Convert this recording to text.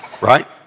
Right